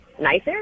nicer